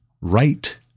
right